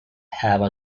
have